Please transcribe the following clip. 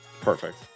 Perfect